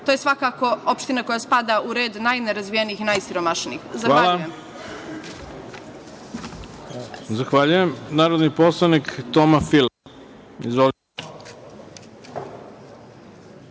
To je svakako opština koja spada u red najnerazvijenih i najsiromašnijih. Zahvaljujem.